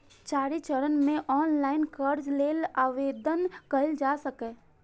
चारि चरण मे ऑनलाइन कर्ज लेल आवेदन कैल जा सकैए